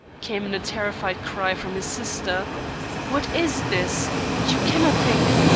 came in a terrified cry from his sister what is this? you cannot think,